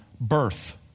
birth